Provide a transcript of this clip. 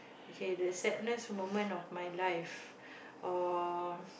okay the sadness moment of my life uh